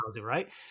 right